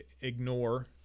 ignore